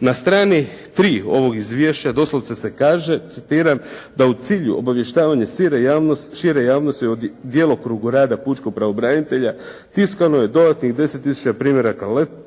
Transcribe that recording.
Na strani 3 ovog izvješća doslovce se kaže, citiram da: "u cilju obavještavanja šire javnosti o djelokrugu rada pučkog pravobranitelja tiskano je dodatnih 10 tisuća primjeraka letaka